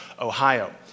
Ohio